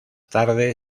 tarde